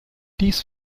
dies